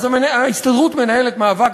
אז ההסתדרות מנהלת מאבק,